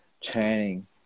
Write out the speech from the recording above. training